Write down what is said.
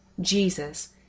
Jesus